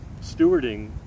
stewarding